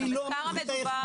אבל היא לא היחידה.